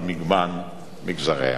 על מגוון מגזריה.